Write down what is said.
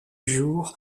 jour